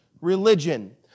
religion